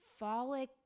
folic